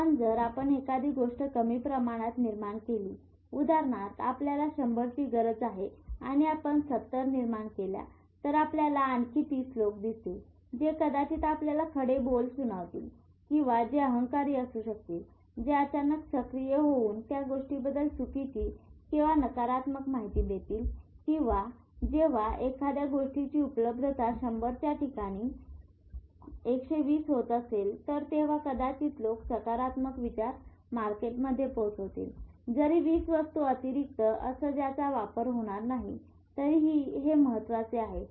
पण जर आपण एखादी गोष्ट कमी प्रमाणात निर्माण केली उदा आपल्याला १०० ची गरज आहे आणि आपण ७० निर्माण केल्या तर आपल्याला आणखी 30 लोक दिसतीलजे कदाचित आपल्याला खडे बोलसुणावतील किंवा जे अहंकारी असू शकतील जे अचानक सक्रिय होऊन त्या गोष्टीबद्दल चुकीची किंवा नकारात्मक माहिती देतील किंवा जेंव्हा एकाद्या गोष्टीची उपलब्धता १०० च्या ठिकाणी १२० होत असेल तर तेंव्हा कदाचित लोक सकारात्मक विचार मार्केट मध्ये पोहोचवतील जरी २० वस्तू अतिरिक्त असं ज्याचा वापर होणार नाही तरीहि हे महत्वाचे आहे